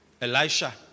Elisha